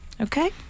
Okay